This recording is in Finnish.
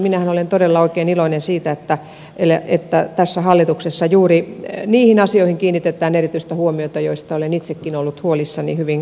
minähän olen todella oikein iloinen siitä että tässä hallituksessa kiinnitetään erityistä huomiota juuri niihin asioihin joista olen itsekin ollut huolissani hyvin kauan aikaa